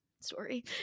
story